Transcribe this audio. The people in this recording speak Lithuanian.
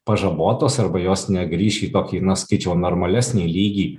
pažabotos arba jos negrįš į tokį na sakčiau normalesnį lygį